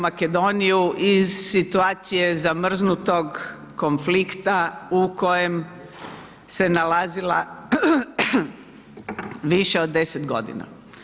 Makedoniju iz situacije zamrznutog konflikta u kojem se nalazila više od 10 godina.